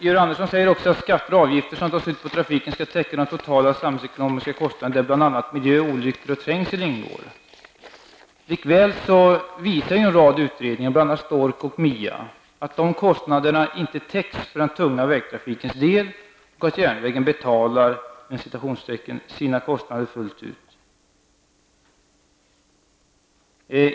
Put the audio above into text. Georg Andersson säger också att skatter och avgifter som tas ut på trafiken skall täcka de totala samhällsekonomiska kostnaderna, där bl.a. miljö, olyckor och trängsel ingår. Likväl visar en rad utredningar -- bl.a. STORK och MIA -- att dessa kostnader inte täcks för den tunga vägtrafikens del och att järnvägen ''betalar'' sina kostnader fullt ut.